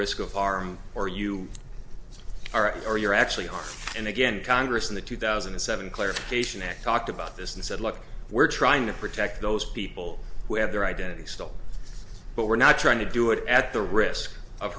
risk of harm or you are or you're actually and again congress in the two thousand and seven clarification talked about this and said look we're trying to protect those people who have their identities stolen but we're not trying to do it at the risk of